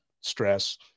stress